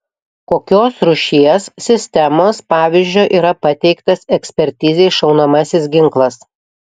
kokios rūšies sistemos pavyzdžio yra pateiktas ekspertizei šaunamasis ginklas